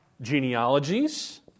Genealogies